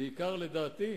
בעיקר, לדעתי,